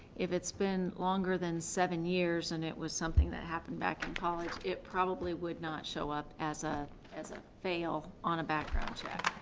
if it's been longer than seven years and it was something that happened back in college, it probably would not show up as ah as a fail on a background check.